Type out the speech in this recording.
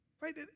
Right